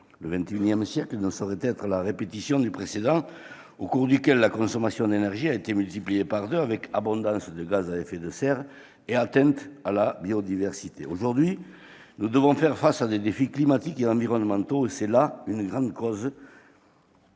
le XXI siècle ne saurait être la répétition du précédent, au cours duquel la consommation d'énergie a été multipliée par deux, avec abondance de gaz à effet de serre et d'atteintes à la biodiversité. Aujourd'hui, nous devons faire face à des défis climatiques et environnementaux, et c'est là une grande cause